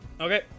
Okay